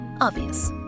Obvious